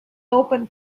open